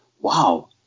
wow